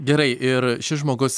gerai ir šis žmogus